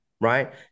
right